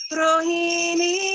rohini